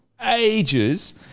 ages